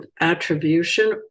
attribution